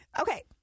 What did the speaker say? okay